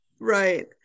Right